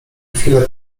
chwilę